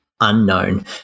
unknown